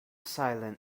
silent